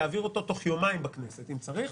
להעביר אותו בתוך יומיים בכנסת אם צריך,